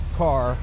car